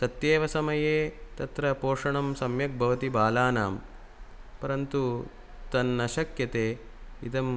सत्येव समये तत्र पोषणं सम्यग्भवति बालानां परन्तु तन्न शक्यते इदं